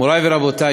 מורי ורבותי,